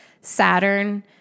Saturn